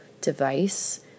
device